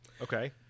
Okay